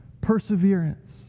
perseverance